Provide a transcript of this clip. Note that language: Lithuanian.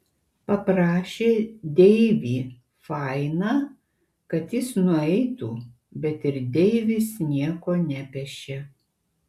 paprašė deivį fainą kad jis nueitų bet ir deivis nieko nepešė